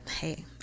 hey